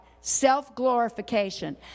self-glorification